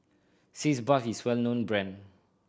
Sitz Bath is well known brand